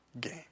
game